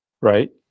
Right